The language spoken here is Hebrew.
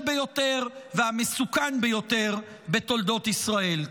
ביותר והמסוכן ביותר בתולדות ישראל.